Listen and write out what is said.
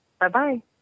Bye-bye